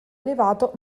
elevato